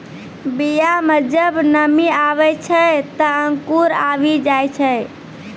बीया म जब नमी आवै छै, त अंकुर आवि जाय छै